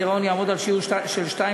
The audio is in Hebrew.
הגירעון יהיה בשיעור 2.9%,